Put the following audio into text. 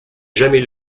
jamais